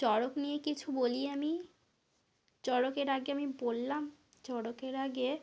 চড়ক নিয়ে কিছু বলি আমি চড়কের আগে আমি বললাম চড়কের আগে